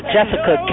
Jessica